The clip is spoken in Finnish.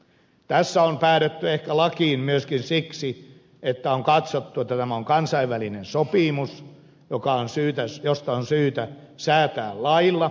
tässä on päädytty ehkä lakiin myöskin siksi että on katsottu että tämä on kansainvälinen sopimus josta on syytä säätää lailla